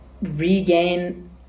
regain